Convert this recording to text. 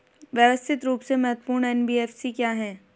व्यवस्थित रूप से महत्वपूर्ण एन.बी.एफ.सी क्या हैं?